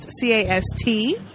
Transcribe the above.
C-A-S-T